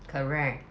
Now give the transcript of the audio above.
correct